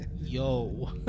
Yo